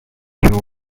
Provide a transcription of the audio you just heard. your